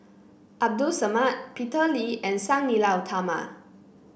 Abdul Samad Peter Lee and Sang Nila Utama